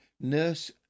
nurse